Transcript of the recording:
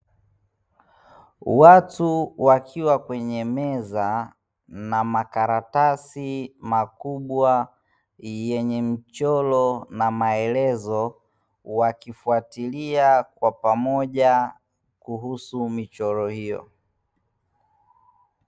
Watu wakiwa kwenye meza na makaratasi makubwa yenye mchoro na maelezo, wakifuatilia kwa pamoja kuhusu michoro hiyo.